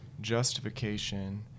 justification